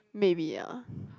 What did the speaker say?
maybe ah